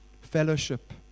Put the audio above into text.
fellowship